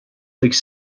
võiks